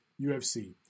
UFC